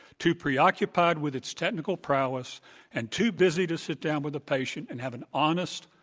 too preoccupied with its technical prowess and too busy to sit down with a patient and have an honest,